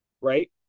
right